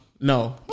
No